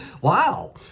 wow